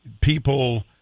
People